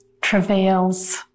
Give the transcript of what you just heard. travails